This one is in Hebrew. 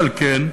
על כן,